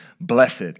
blessed